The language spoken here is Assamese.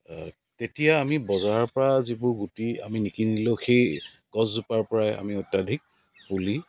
তেতিয়া আমি বজাৰৰ পৰা যিবোৰ গুটি আমি নিকিনিলেও সেই আমি গছজোপাৰ পৰাই আমি অত্যাধিক পুলি